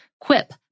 Quip